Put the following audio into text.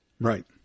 Right